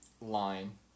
Line